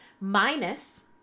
minus